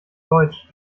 deutsch